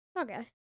okay